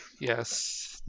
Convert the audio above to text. yes